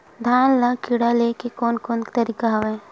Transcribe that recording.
धान ल कीड़ा ले के कोन कोन तरीका हवय?